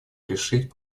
решить